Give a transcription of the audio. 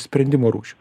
sprendimų rūšių